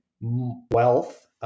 wealth